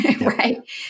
right